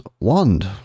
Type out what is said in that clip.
wand